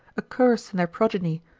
accursed in their progeny,